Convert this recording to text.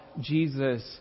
Jesus